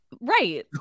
Right